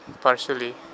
partially